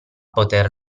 poter